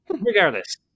Regardless